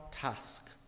task